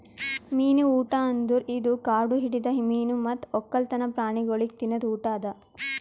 ಮೀನು ಊಟ ಅಂದುರ್ ಇದು ಕಾಡು ಹಿಡಿದ ಮೀನು ಮತ್ತ್ ಒಕ್ಕಲ್ತನ ಪ್ರಾಣಿಗೊಳಿಗ್ ತಿನದ್ ಊಟ ಅದಾ